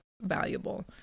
valuable